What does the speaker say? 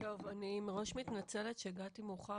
אני מתנצלת שהגעתי מאוחר,